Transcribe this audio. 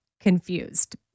confused